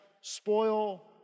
spoil